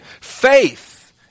faith